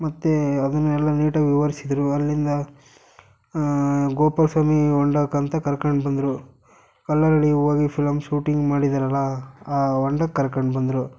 ಮತ್ತು ಅದನ್ನೆಲ್ಲ ನೀಟಾಗಿ ವಿವರಿಸಿದ್ರು ಅಲ್ಲಿಂದ ಗೋಪಾಲ ಸ್ವಾಮಿ ಹೊಂಡಕ್ಕೆ ಅಂತ ಕರ್ಕಂಡು ಬಂದರು ಕಲ್ಲಲ್ಲಿ ಹೋಗಿ ಫಿಲಮ್ ಶೂಟಿಂಗ್ ಮಾಡಿದ್ದಾರಲ ಆ ಹೊಂಡಕ್ ಕರ್ಕಂಡು ಬಂದರು